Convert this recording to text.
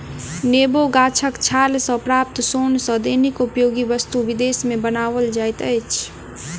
नेबो गाछक छाल सॅ प्राप्त सोन सॅ दैनिक उपयोगी वस्तु विदेश मे बनाओल जाइत अछि